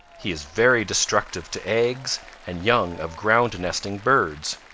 he is very destructive to eggs and young of ground-nesting birds.